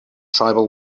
tribal